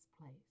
place